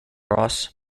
ross